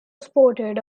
sported